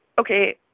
okay